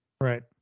Right